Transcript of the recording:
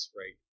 right